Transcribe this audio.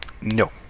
No